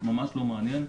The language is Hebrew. ממש לא מעניין,